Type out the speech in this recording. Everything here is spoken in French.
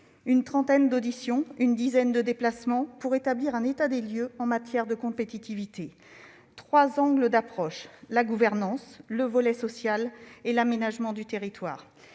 Une trentaine d'auditions et une dizaine de déplacements ont été organisés pour établir un état des lieux en matière de compétitivité, avec trois angles d'approche : la gouvernance, le volet social et l'aménagement du territoire.